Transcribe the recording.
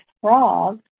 frog